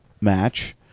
match